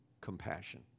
compassion